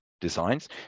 designs